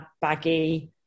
baggy